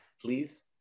Please